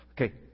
Okay